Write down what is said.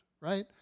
right